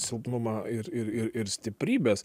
silpnumą ir ir ir ir stiprybes